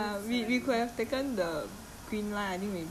serangoon you go all the way to serangoon